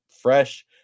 fresh